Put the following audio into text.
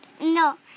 No